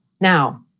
Now